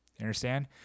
understand